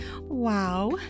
Wow